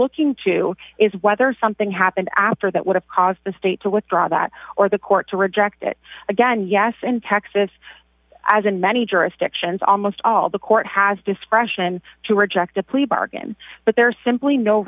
looking to is whether something happened after that would have caused the state to withdraw that or the court to reject it again yes in texas as in many jurisdictions almost all the court has discretion to reject a plea bargain but there's simply no